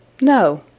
NO